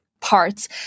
parts